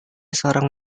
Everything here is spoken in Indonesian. seorang